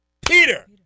Peter